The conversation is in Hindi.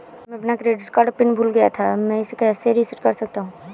मैं अपना क्रेडिट कार्ड पिन भूल गया था मैं इसे कैसे रीसेट कर सकता हूँ?